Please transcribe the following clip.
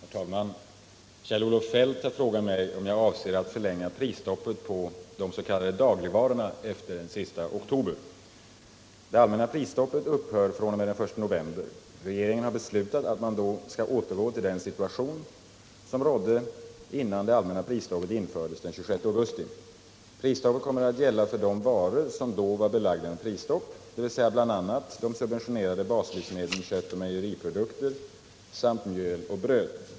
Herr talman! Kjell-Olof Feldt har frågat mig om jag avser att förlänga prisstoppet på de s.k. dagligvarorna efter den sista oktober. Det allmänna prisstoppet upphör fr.o.m. den I november. Regeringen har beslutat att man då skall återgå till den situation som rådde innan det allmänna prisstoppet infördes den 26 augusti. Prisstopp kommer att gälla för de varor som då var belagda med prisstopp, dvs. bl.a. de subventionerade baslivsmedlen köttoch mejeriprodukter samt mjöl och bröd.